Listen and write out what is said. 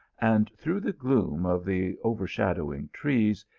and, through the gloom of the overshadowing trees,